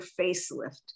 facelift